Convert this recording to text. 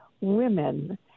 women